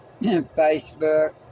Facebook